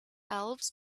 elves